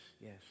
yes